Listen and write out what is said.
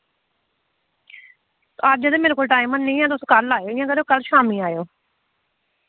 अज्ज ते मेरे कोल टाइम हैनी ऐ तुस कल्ल आयो इयां करो कल्ल शाम्मी आयो